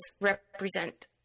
represent